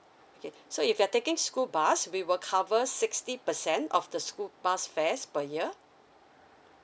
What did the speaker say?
okay so if they're taking school bus we will cover sixty percent of the school bus fares per year